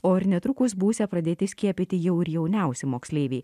o ir netrukus būsią pradėti skiepyti jau ir jauniausi moksleiviai